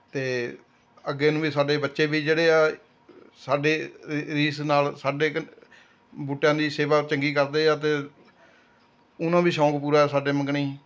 ਅਤੇ ਅੱਗੇ ਨੂੰ ਵੀ ਸਾਡੇ ਬੱਚੇ ਵੀ ਜਿਹੜੇ ਆ ਸਾਡੀ ਰੀਸ ਨਾਲ ਸਾਡੇ ਬੂਟਿਆਂ ਦੀ ਸੇਵਾ ਚੰਗੀ ਕਰਦੇ ਆ ਅਤੇ ਉਹਨਾਂ ਨੂੰ ਵੀ ਸ਼ੌਂਕ ਪੂਰਾ ਸਾਡੇ ਮੰਗਣਾ ਹੀ